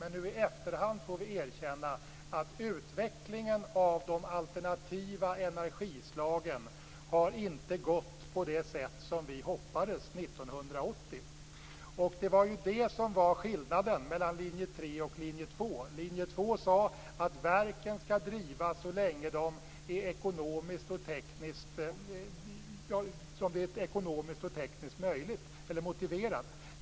Men nu i efterhand får vi erkänna att utvecklingen av de alternativa energislagen inte har gått på det sätt som vi hoppades Linje 2 sade att verken skall drivas så länge som det är ekonomiskt och tekniskt motiverat.